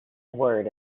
word